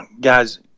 guys